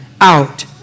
out